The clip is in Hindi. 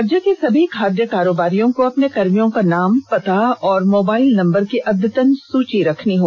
राज्य के सभी खाद्य कारोबारियों को अपने कर्मियों का नाम पता और मोबाइल नंबर की अद्यतन सुची रखनी है